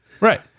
Right